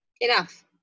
Enough